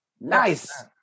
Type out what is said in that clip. Nice